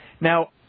Now